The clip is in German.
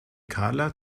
karla